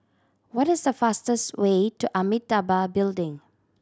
what is the fastest way to Amitabha Building